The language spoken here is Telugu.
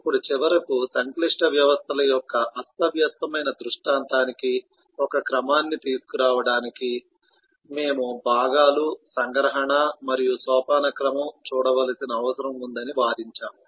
ఇప్పుడు చివరకు సంక్లిష్ట వ్యవస్థల యొక్క అస్తవ్యస్తమైన దృష్టాంతానికి ఒక క్రమాన్ని తీసుకురావడానికి మేము భాగాలు సంగ్రహణ మరియు సోపానక్రమం చూడవలసిన అవసరం ఉందని వాదించాము